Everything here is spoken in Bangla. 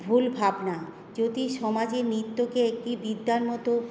ভুল ভাবনা যদি সমাজে নৃত্যকে একটি বিদ্যার মতো